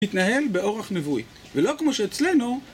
מתנהל באורח נבואי, ולא כמו שאצלנו